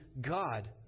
God